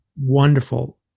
wonderful